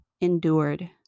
endured